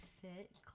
fit